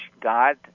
God